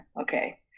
okay